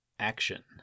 action